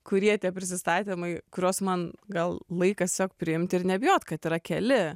kurie tie prisistatymai kuriuos man gal laikas tiesiog priimti ir neabejoti kad yra keli